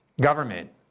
government